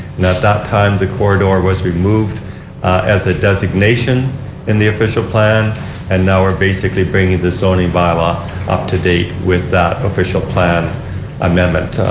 that that time the corridor was removed as a designation in the official plan and we are basically bringing the zoning by-law up to date with that official plan amendment.